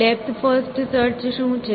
depth first search શું છે